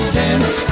dance